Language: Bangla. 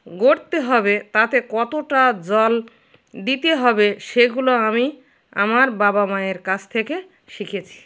গড়তে হবে তাতে কতটা জল দিতে হবে সেগুলো আমি আমার বাবা মায়ের কাছ থেকে শিখেছি